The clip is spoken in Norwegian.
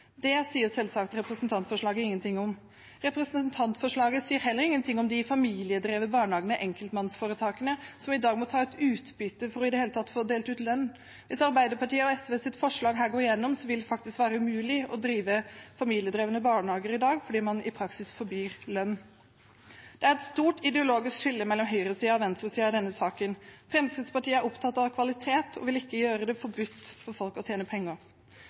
Det sier selvsagt representantforslaget ingenting om. Representantforslaget sier heller ingenting om de familiedrevne barnehagene, enkeltpersonforetakene, som i dag må ta ut utbytte for i det hele tatt å få delt ut lønn. Hvis Arbeiderpartiet og SVs forslag går igjennom, vil det faktisk være umulig å drive familiedrevne barnehager i dag, fordi man i praksis forbyr lønn. Det er et stort ideologisk skille mellom høyresiden og venstresiden i denne saken. Fremskrittspartiet er opptatt av kvalitet og vil ikke gjøre det forbudt for folk å tjene penger.